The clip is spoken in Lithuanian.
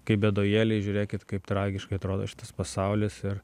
kaip bėdojėliai žiūrėkit kaip tragiškai atrodo šitas pasaulis ir